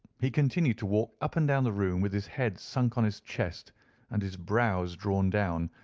he continued to walk up and down the room with his head sunk on his chest and his brows drawn down,